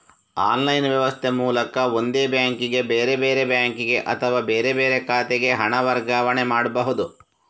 online ವ್ಯವಸ್ಥೆ ಮೂಲಕ ಒಂದೇ ಬ್ಯಾಂಕಿಗೆ, ಬೇರೆ ಬೇರೆ ಬ್ಯಾಂಕಿಗೆ ಅಥವಾ ಬೇರೆ ಬೇರೆ ಖಾತೆಗೆ ಹಣ ವರ್ಗಾವಣೆ ಮಾಡ್ಬಹುದು